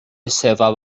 esseva